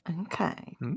Okay